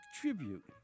tribute